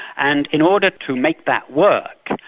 and in order to make that work,